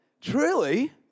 Truly